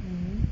mmhmm